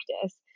practice